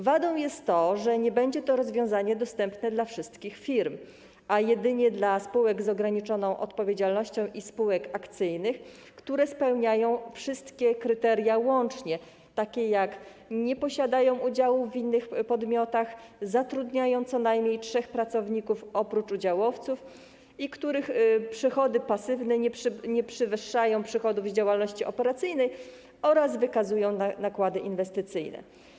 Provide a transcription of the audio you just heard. Wadą jest to, że nie będzie to rozwiązanie dostępne dla wszystkich firm, a jedynie dla spółek z ograniczoną odpowiedzialnością i spółek akcyjnych, które spełniają wszystkie kryteria łącznie, tj. nie posiadają udziałów w innych podmiotach, zatrudniają co najmniej trzech pracowników oprócz udziałowców, których przychody pasywne nie przewyższają przychodów z działalności operacyjnej oraz które wykazują nakłady inwestycyjne.